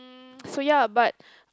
mm so ya but